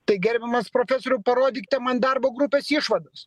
tai gerbiamas profesoriau parodykite man darbo grupės išvadas